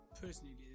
personally